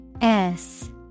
S-